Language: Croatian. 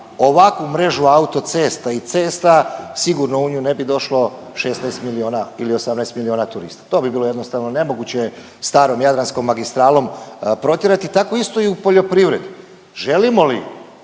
ovakvu mrežu autocesta i cesta sigurno u nju ne bi došlo 16 milijuna ili 18 milijuna turista, to bi bilo jednostavno nemoguće starom Jadranskom magistralom protjerati, tako isto i u poljoprivredi. Želimo li